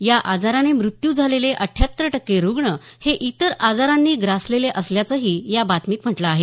या आजाराने मृत्यू झालेले अठ्ठयात्तर टक्के रुग्ण हे इतर आजारांनी ग्रासलेले असल्याचंही या बातमीत म्हटलं आहे